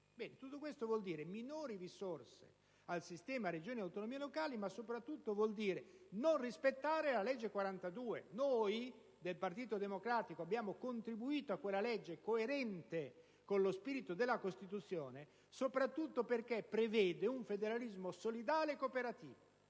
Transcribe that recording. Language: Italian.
tutto questo vuol dire minori risorse al sistema delle Regioni e delle autonomie locali, ma soprattutto vuol non rispettare la legge n. 42 del 2009. Noi del Partito Democratico abbiamo contribuito a quella legge, coerente con lo spirito della Costituzione, soprattutto perché prevede un federalismo solidale e cooperativo